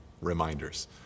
reminders